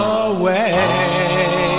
away